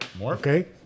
Okay